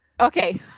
Okay